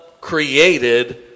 created